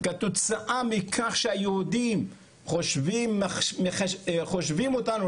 כתוצאה מכך שהיהודים מחשיבים אותנו